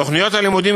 תוכניות הלימודים,